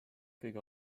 kõige